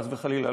חס וחלילה.